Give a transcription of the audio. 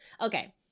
Okay